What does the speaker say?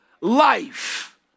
life